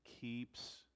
keeps